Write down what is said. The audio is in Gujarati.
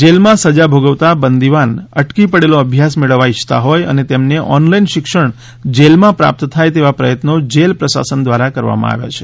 જેલમાં સજા ભોગવતા બંદીવાન અટકી પડેલો અભ્યાસ મેળવવા ઇચ્છતા હોય તેમને ઓનલાઈન શિક્ષણ જેલમાં પ્રાપ્ત થાય તેવા પ્રયત્નો જેલ પ્રશાસન દ્વારા કરવામાં આવ્યા છે